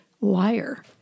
liar